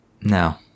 No